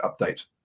update